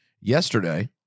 yesterday